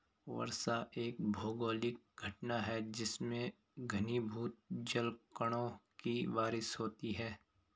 वर्षा एक भौगोलिक घटना है जिसमें घनीभूत जलकणों की बारिश होती है